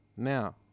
now